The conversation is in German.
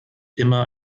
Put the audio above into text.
immer